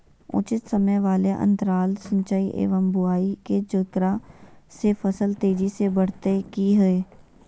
उचित समय वाले अंतराल सिंचाई एवं बुआई के जेकरा से फसल तेजी से बढ़तै कि हेय?